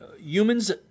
Humans